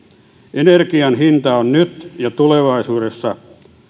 energian hinta on nyt ja tulevaisuudessa